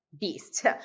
beast